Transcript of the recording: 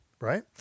right